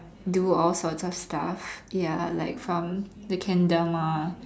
do all sorts of stuff ya like from the kendama